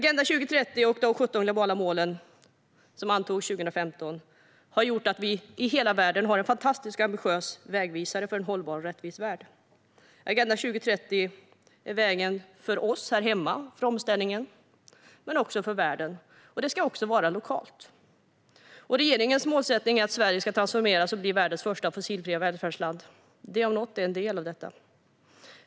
Agenda 2030 och de 17 globala målen, som antogs 2015, har gjort att vi i hela världen har en fantastisk och ambitiös vägvisare till en hållbar och rättvis värld. Agenda 2030 är vägen till omställningen för oss här hemma, men också för världen. Det ska den också vara lokalt. Regeringens målsättning är att Sverige ska transformeras till världens första fossilfria välfärdsland. Det, om något, är en del av detta.